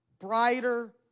Brighter